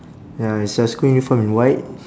ya is your school uniform in white